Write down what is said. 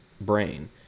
brain